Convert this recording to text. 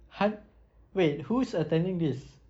!huh! wait who is attending this